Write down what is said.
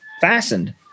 fastened